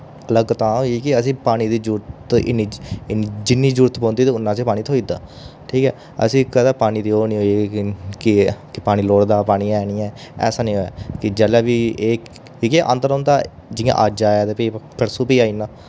अलग तां होई कि असें पानी दी जरूरत इन्नी इन्नी जिन्नी जरूरत पौंदी उन्ना असेंगी पानी थ्होई दा ठीक ऐ असेंगी कदे पानी दी ओह् निं होई कि के पानी लोड़दा पानी ऐ निं ऐ ऐसा निं होया जैह्ले बी कि के आंदा रौह्ंदा जियें अज आया फ्ही परसो भीऽ आई ना